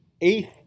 eighth